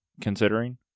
considering